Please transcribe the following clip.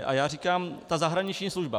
A já říkám, zahraniční služba.